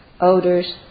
odors